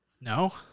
No